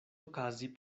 okazi